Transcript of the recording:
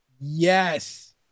Yes